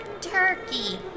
Turkey